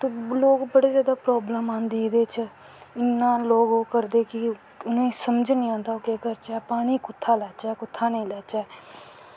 ते लोग बड़ी जादा प्रावलम आंदी एह्दे च इन्नां लोग ओह् करदे उनेंगी समझ नी आंदी पानी कुत्थां दा लैच्चै कुत्थां दा नेंई लैच्चै